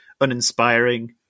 uninspiring